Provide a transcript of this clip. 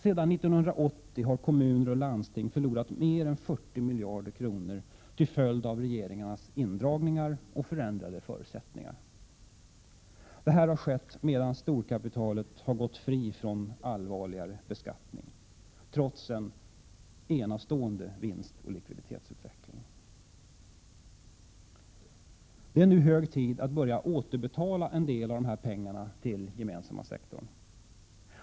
Sedan 1980 har kommuner och landsting förlorat mer än 40 miljarder kronor till följd av regeringarnas indragningar och förändrade förutsättningar. Detta har skett medan storkapitalet gått fritt från allvarligare beskattning — trots en enastående vinstoch likviditetsutveckling. Det är nu hög tid att börja återbetala en del av dessa pengar till den gemensamma sektorn.